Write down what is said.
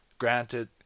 Granted